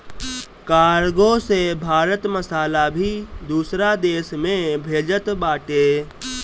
cargo से भारत मसाला भी दूसरा देस में भेजत बाटे